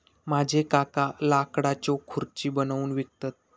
माझे काका लाकडाच्यो खुर्ची बनवून विकतत